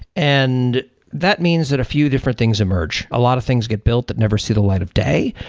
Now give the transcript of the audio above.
and that means that a few different things emerge. a lot of things get built that never see the light of day,